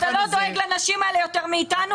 אתה לא דואג לנשים האלה יותר מאתנו.